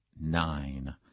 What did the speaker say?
nine